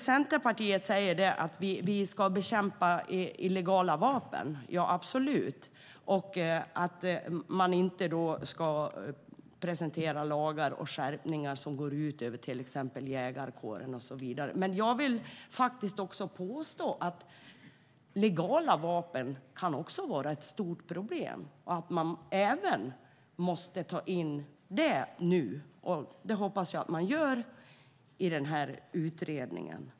Centerpartiet talar om att bekämpa förekomsten av illegala vapen - ja, absolut - och om att lagar och skärpningar inte ska presenteras som går ut till exempel över jägarkåren. Jag vill påstå att även legala vapen kan vara ett stort problem och att det också måste tas in nu. Jag hoppas att man gör det i utredningen.